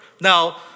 Now